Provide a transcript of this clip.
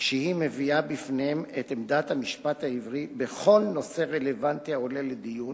כשהיא מביאה בפניהם את עמדת המשפט העברי בכל נושא רלוונטי העולה לדיון,